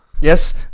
Yes